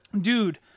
Dude